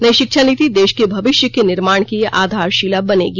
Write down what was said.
नई शिक्षा नीति देश के भविष्य के निर्माण के आधारशिला बनेगी